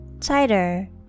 tighter